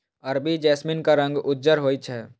अरबी जैस्मीनक रंग उज्जर होइ छै